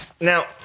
Now